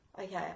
okay